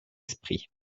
esprit